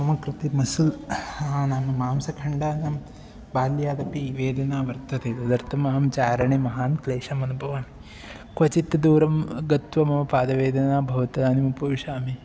मम कृते मसुल् नाम मांसखण्डानां बाल्यादपि वेदना वर्तते तदर्थम् अहं चारणे महान् क्लेशम् अनुभवामि क्वचित् दूरं गत्वा मम पादवेदना भवति तदानीम् उपविशामि